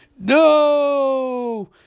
no